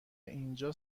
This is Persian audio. اینجا